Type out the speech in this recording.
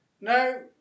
No